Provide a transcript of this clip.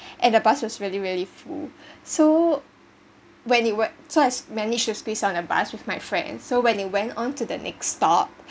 and the bus was really really full so when it were so I managed to squeeze on the bus with my friends so when it went on to the next stop